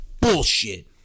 bullshit